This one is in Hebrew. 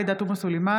עאידה תומא סלימאן,